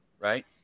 Right